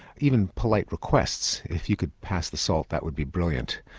even polite requests, if you could pass the salt that would be brilliant.